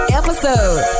episode